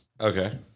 Okay